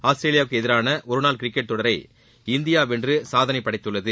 ஆஸ்திரேலியாவுக்கு எதிரான ஒரு நாள் கிரிக்கெட் தொடரை இந்தியா வென்று சாதனை படைத்துள்ளது